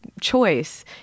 choice